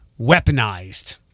weaponized